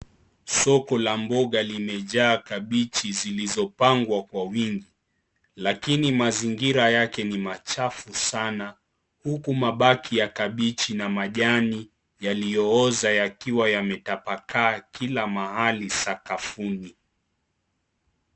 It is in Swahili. Soko la mboga limejaa kabichi zilizopangwa kwa wingi lakini mazingira yake ni machafu sana huku mabaki ya kabichi na majani yaliyooza yakiwa yametapakaa kila mahali sakafuni.